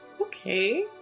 Okay